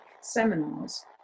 seminars